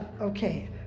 okay